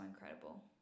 incredible